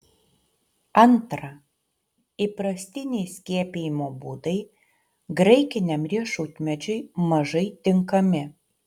antra įprastiniai skiepijimo būdai graikiniam riešutmedžiui mažai tinkami